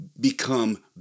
become